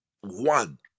one